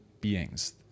beings